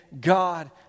God